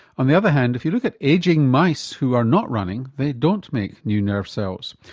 on the other hand if you look at ageing mice who are not running they don't make new nerve cells.